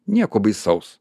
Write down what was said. nieko baisaus